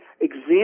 examine